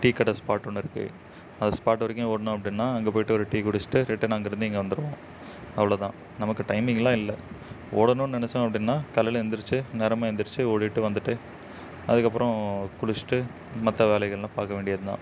டீக்கடை ஸ்பாட் ஒன்று இருக்கு அந்த ஸ்பாட்டு வரைக்கும் ஓடுனோம் அப்படின்னா அங்கே போயிவிட்டு ஒரு டீ குடிச்சிவிட்டு ரிட்டர்ன் அங்கேருந்து இங்கே வந்துருவோம் அவ்வளோ தான் நமக்கு டைமிங்லாம் இல்லை ஓடணுன்னு நினச்சோம் அப்படின்னா காலையில் எந்திரிச்சு நேரமாக எந்திரிச்சு ஓடிவிட்டு வந்துவிட்டு அதற்கப்பறம் குளிச்சிவிட்டு மற்ற வேலைகள்லாம் பார்க்க வேண்டியது தான்